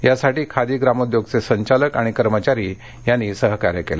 यासाठी खादी ग्रामोद्योगये संचालक आणि कर्मचारी यांनी सहकार्य केले